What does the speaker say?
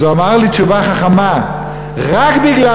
אז הוא אמר לי תשובה חכמה: רק בגלל